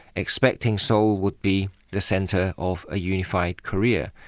expecting seoul would be the centre of a unified korea,